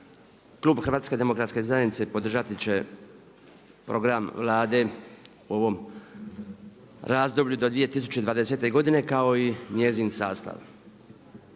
Klub Hrvatske demokratske zajednice podržati će program Vlade o ovom razdoblju do 2020. godine kao i njezin sastav.